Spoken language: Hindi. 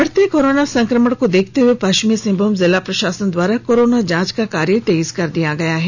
बढ़ते कोरोना संक्रमण को देखते हुए पश्चिमी सिंहभूम जिला प्रशासन द्वारा कोरोना जांच का कार्य तेज कर दिया गया है